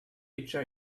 echa